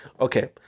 okay